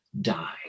die